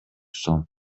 сом